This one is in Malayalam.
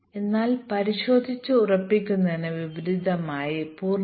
അതിനാൽ ശ്രേണിയുടെ ഏറ്റവും താഴെയുള്ള താഴത്തെ ലെവൽ മൊഡ്യൂളുകളാണ് ഇവ